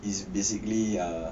is basically ah